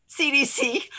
CDC